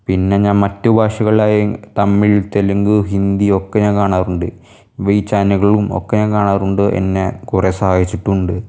പിന്നെ ഞാൻ മറ്റ് ഭാഷകളിലായി തമിഴ് തെലുങ്ക് ഹിന്ദി ഒക്കെ ഞാൻ കാണാറുണ്ട് വി ചാനലുകളും ഒക്കെ ഞാൻ കാണാറുണ്ട് എന്നെ കുറേ സഹായിച്ചിട്ടുമുണ്ട്